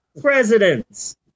Presidents